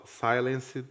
silenced